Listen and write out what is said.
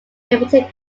limited